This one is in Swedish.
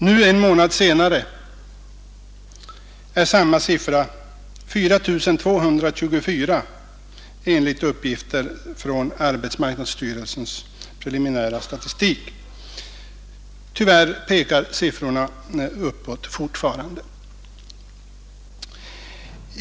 Nu, en månad senare, är siffran 4 224 enligt uppgifter från arbetsmarknadsstyrelsens preliminära statistik. Tyvärr pekar siffrorna uppåt fortfarande.